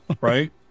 right